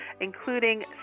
including